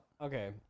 okay